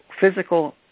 physical